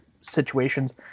situations